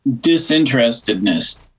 disinterestedness